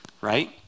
right